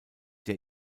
der